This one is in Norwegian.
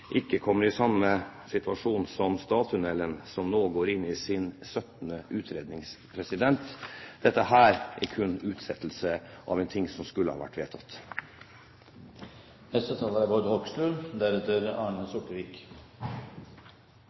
ikke kommer i samme situasjon som Stad-tunnelen som nå går inn i sin 17. utredning. Dette er kun utsettelse av noe som skulle ha vært vedtatt.